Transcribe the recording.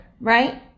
Right